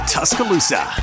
Tuscaloosa